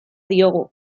diogu